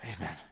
Amen